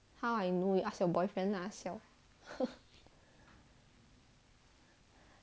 how I know you ask your boyfriend lah siao